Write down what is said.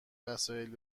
وسایل